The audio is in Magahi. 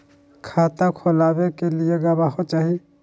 खाता खोलाबे के लिए गवाहों चाही?